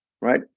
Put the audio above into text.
right